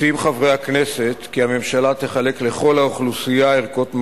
מציעים חברי הכנסת כי הממשלה תחלק לכל האוכלוסייה ערכות מגן,